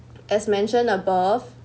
as mentioned above